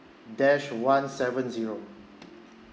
dash one seven zero